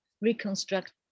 reconstruct